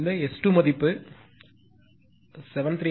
இந்த S2 மதிப்பு 7397